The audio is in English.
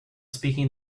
speaking